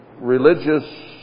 religious